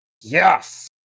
Yes